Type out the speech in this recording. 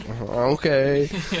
Okay